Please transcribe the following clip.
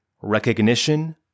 Recognition